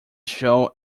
show